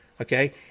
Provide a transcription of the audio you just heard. Okay